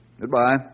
Goodbye